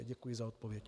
Děkuji za odpovědi.